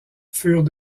furent